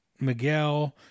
Miguel